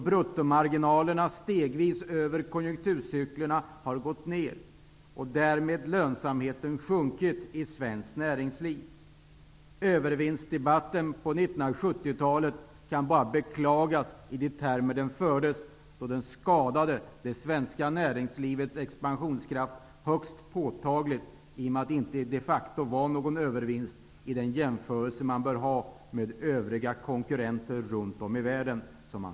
Bruttomarginalerna har stegvis gått ned över konjunkturcyklerna. Därmed har lönsamheten sjunkit i svenskt näringsliv. Man kan bara beklaga de termer som övervinstdebatten på 1970-talet fördes med, då den skadade det svenska näringslivets expansionskraft högst påtagligt. Det fanns de facto ingen övervinst om man jämförde med övriga konkurrenter runt om i världen.